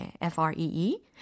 f-r-e-e